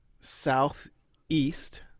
southeast